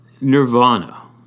Nirvana